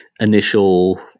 initial